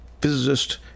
physicist